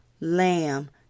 lamb